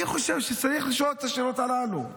אני חושב שצריך לשאול את השאלות הללו.